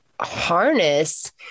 harness